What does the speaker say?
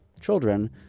children